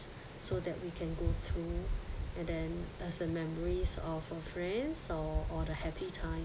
so that we can go through and then as a memories of her friends or or the happy time